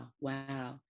Wow